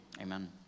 Amen